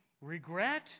regret